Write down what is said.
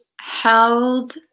held